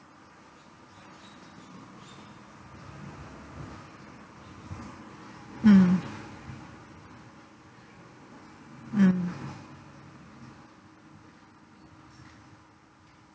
mm mm